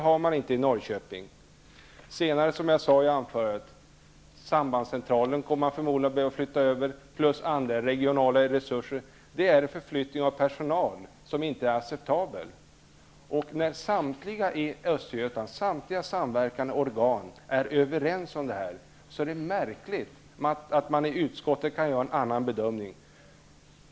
Det finns inte i Som jag sade i mitt inledningsanförande kommer sambandscentralen förmodligen att behöva flyttas och även andra regionala resurser. Det är fråga om en förflyttning av personal som inte är acceptabel. Samtliga samverkande organ i Östergötland är överens. Det är märkligt att utskottet sedan kan göra en annan bedömning.